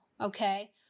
okay